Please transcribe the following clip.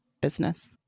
business